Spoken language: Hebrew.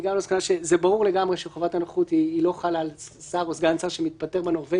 זה היה משנה מהותית את המפלגה.